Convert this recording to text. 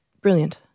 Brilliant